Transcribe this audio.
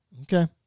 Okay